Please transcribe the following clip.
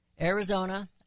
Arizona